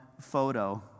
photo